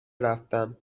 رفتم